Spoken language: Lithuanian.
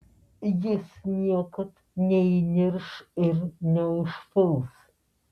jis niekad neįnirš ir neužpuls